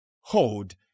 hold